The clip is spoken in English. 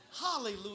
Hallelujah